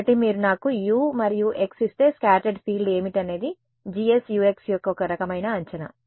కాబట్టి మీరు నాకు U మరియు x ఇస్తే స్కాటర్డ్ ఫీల్డ్ ఏమిటి అనేది GS Ux యొక్క ఒక రకమైన అంచనా